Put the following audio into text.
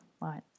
right